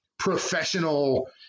professional